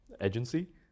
agency